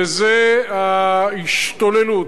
וזה ההשתוללות,